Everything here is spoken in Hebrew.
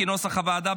כנוסח הוועדה,